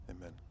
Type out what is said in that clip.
amen